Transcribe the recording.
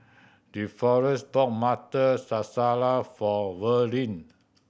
Deforest bought Butter Masala for Verlin